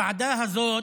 בוועדה הזאת